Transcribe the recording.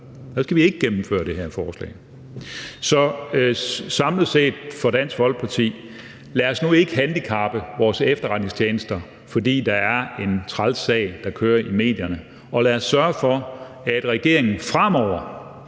Så skal vi ikke gennemføre det her forslag. Så samlet set er ordene fra Dansk Folkeparti: Lad os nu ikke handicappe vores efterretningstjenester, fordi der er en træls sag, der kører i medierne, og lad os sørge for, at regeringen i stedet